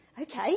okay